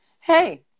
hey